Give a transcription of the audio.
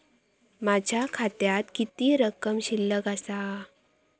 माझ्या खात्यात किती रक्कम शिल्लक आसा?